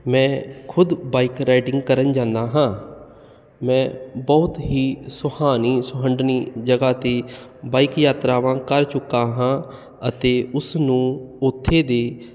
ਮੈਂ ਖੁਦ bike riding ਕਰਨ ਜਾਂਦਾ ਹਾਂ ਮੈਂ ਬਹੁਤ ਹੀ ਸੁਹਾਨੀ ਸੁਹੰਡਣੀ ਜਗਹਾ 'ਤੇ ਬਾਈਕ ਯਾਤਰਾਵਾਂ ਕਰ ਚੁੱਕਾ ਹਾਂ ਅਤੇ ਉਸ ਨੂੰ ਉੱਥੇ ਦੇ